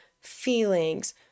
feelings